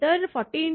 तर 40×0